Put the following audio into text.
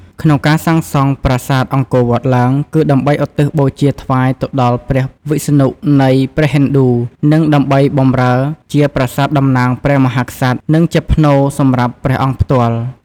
ក្នុងការសាងសង់ប្រាសាទអង្គរវត្តឡើង គឺដើម្បីឧទ្ទិសបូជាថ្វាយទៅដល់ព្រះវិស្ណុនៃព្រះហិណ្ឌូ និងដើម្បីបម្រើជាប្រាសាទតំណាងព្រះមហាក្សត្រ និងជាផ្នូរសម្រាប់ព្រះអង្គផ្ទាល់។